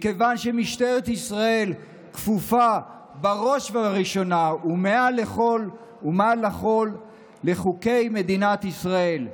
מכיוון שמשטרת ישראל כפופה בראש ובראשונה ומעל לכול לחוקי מדינת ישראל,